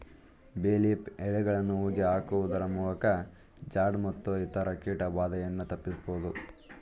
ಬೇ ಲೀಫ್ ಎಲೆಗಳನ್ನು ಹೋಗಿ ಹಾಕುವುದರಮೂಲಕ ಜಾಡ್ ಮತ್ತು ಇತರ ಕೀಟ ಬಾಧೆಯನ್ನು ತಪ್ಪಿಸಬೋದು